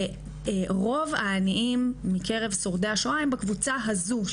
רוב העניים מקרב שורדי השואה הם בקבוצה הזו.